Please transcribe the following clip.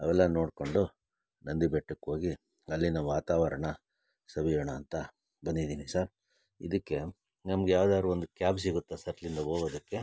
ಅವೆಲ್ಲ ನೋಡಿಕೊಂಡು ನಂದಿ ಬೆಟ್ಟಕ್ಕೆ ಹೋಗಿ ಅಲ್ಲಿನ ವಾತಾವರಣ ಸವಿಯೋಣ ಅಂತ ಬಂದಿದ್ದೀನಿ ಸರ್ ಇದಕ್ಕೆ ನಮ್ಗೆ ಯಾವ್ದಾದ್ರು ಒಂದು ಕ್ಯಾಬ್ ಸಿಗುತ್ತಾ ಸರ್ ಇಲ್ಲಿಂದ ಹೋಗೋದಕ್ಕೆ